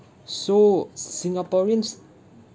so singaporeans